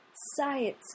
science